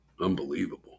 unbelievable